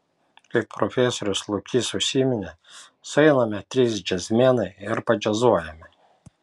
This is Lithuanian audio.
kaip profesorius lukys užsiminė sueiname trys džiazmenai ir padžiazuojame